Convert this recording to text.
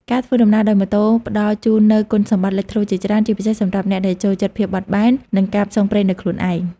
ការធ្វើដំណើរដោយម៉ូតូផ្ដល់ជូននូវគុណសម្បត្តិលេចធ្លោជាច្រើន ជាពិសេសសម្រាប់អ្នកដែលចូលចិត្តភាពបត់បែន និងការផ្សងព្រេងដោយខ្លួនឯង។